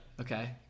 Okay